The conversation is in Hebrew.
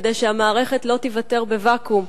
כדי שהמערכת לא תיוותר בוואקום.